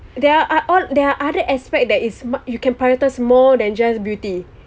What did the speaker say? there are there are other aspect that is you can prioritise more than just beauty